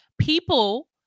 people